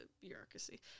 bureaucracy